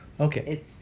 Okay